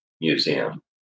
museum